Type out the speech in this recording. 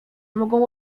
mogą